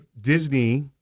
Disney